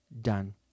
done